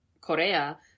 Korea